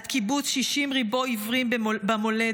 עד קיבוץ שישים ריבוא עברים במולדת,